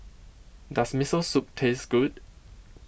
Does Miso Soup Taste Good